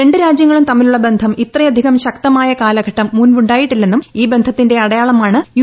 രണ്ട് രാജ്യങ്ങളും തമ്മിലുള്ള ബന്ധും ഇത്രയധികം ശക്തമായ കാലഘട്ടം മുമ്പുണ്ടായിട്ടില്ലെന്നും ് ഈ ബന്ധത്തിന്റെ അടയാളമാണ് യു